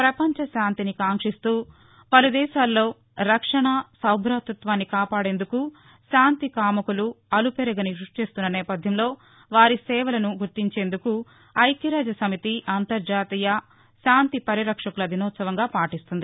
పపంచ శాంతిని కాంక్షిస్తూ పలు దేశాల్లో రక్షణ సౌభాతృత్వాన్ని కాపాడేందుకు శాంతి కాముకులు అలుపెరుగని కృషిచేస్తున్న నేపధ్యంలో వారి సేవలను గుర్తించేందుకు ఐక్యరాజ్య సమితి అంతర్జాతీయ శాంతి పరిరక్షకుల దినోత్సవంగా పాటిస్తోంది